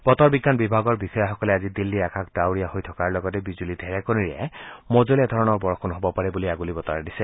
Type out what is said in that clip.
বতৰ বিজ্ঞান বিভাগৰ বিষয়াসকলে আজি দিল্লীৰ আকাশ ডাৱৰীয়া হৈ থকাৰ লগতে বিজুলী ঢেৰেকণীৰে মজলীয়া ধৰণৰ বৰষণ দিব পাৰে বুলি আগলি বতৰা দিছে